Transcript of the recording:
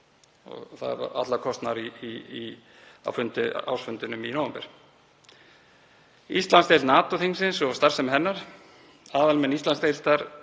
Íslandsdeild NATO-þingsins og starfsemi hennar. Aðalmenn Íslandsdeildar